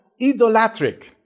idolatric